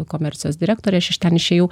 komercijos direktorė aš iš ten išėjau